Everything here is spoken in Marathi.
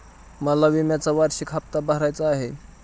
मला विम्याचा वार्षिक हप्ता भरायचा आहे